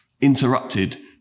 interrupted